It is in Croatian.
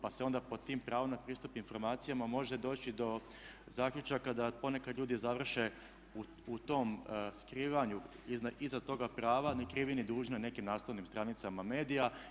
Pa se onda pod tim pravom na pristup informacijama može doći do zaključaka da ponekad ljudi završe u tom skrivanju iza toga prava ni krivi ni dužni na nekim naslovnim stranicama medija.